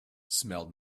smelled